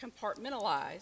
compartmentalized